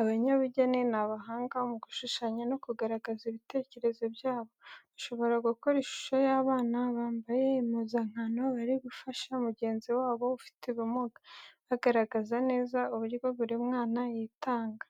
Abanyabugeni, ni abahanga mu gushushanya no kugaragaza ibitekerezo byabo. Bashobora gukora ishusho y'abana bambaye impuzankano bari gufasha mugenzi wabo ufite ubumuga, bagaragaza neza uburyo buri mwana yitanga.